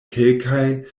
kelkaj